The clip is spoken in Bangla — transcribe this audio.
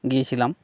গিয়েছিলাম